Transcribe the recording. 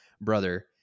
brother